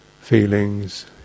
feelings